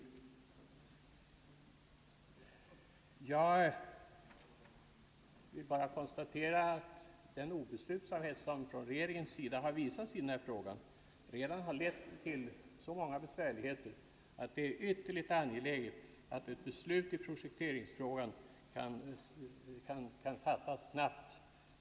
Jag vill bara konstatera att den obeslutsamhet som man från regeringens sida visat i denna fråga redan lett till så många besvärligheter, att det är ytterligt angeläget att ett beslut om projekteringen kan fattas snabbt.